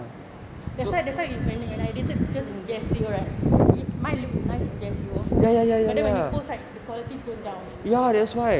that's why that's why if you when I updated pictures in VSCO right mine look nice on VSCO but then when you post the quality goes down